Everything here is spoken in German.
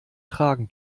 tragen